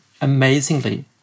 amazingly